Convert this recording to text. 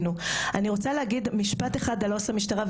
אני רוצה לומר משפט אחד על עו"ס המשטרה,